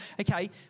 okay